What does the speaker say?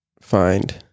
find